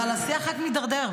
אבל השיח רק מידרדר,